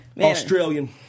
Australian